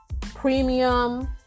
premium